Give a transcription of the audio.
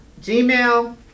Gmail